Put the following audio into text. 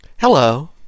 Hello